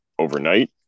overnight